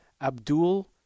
Abdul